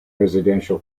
residential